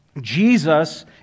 Jesus